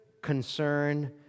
concern